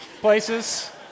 places